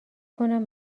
کنم